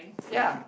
ya